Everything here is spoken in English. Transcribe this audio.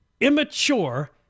immature